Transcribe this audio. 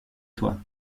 toi